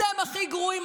אתם הכי גרועים.